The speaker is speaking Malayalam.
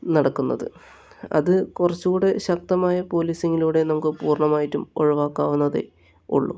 നടക്കുന്നത് അത് കുറച്ചും കൂടെ ശക്തമായ പോലീസിംഗിലൂടെ നമുക്ക് പൂർണ്ണമായിട്ടും ഒഴിവാക്കാവുന്നതേ ഉള്ളൂ